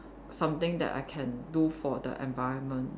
something that I can do for the environment